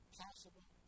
possible